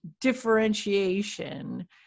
differentiation